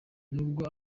nubwo